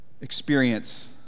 experience